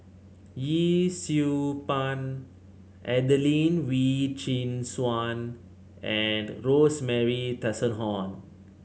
Yee Siew Pun Adelene Wee Chin Suan and Rosemary Tessensohn